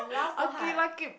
okay la keep